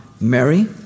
Mary